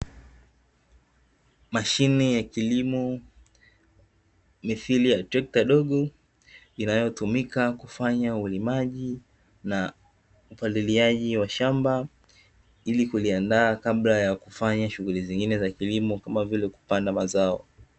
Mashine ya kilimo mithili ya trekta dogo, inayotumika kufanya ulimaji na upaliliaji wa shamba, ili kuliandaa kabla ya kufanya shughuli nyingine za kilimo kama vile kupanda mazao.